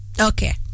Okay